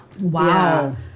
Wow